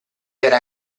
era